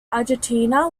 argentina